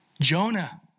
Jonah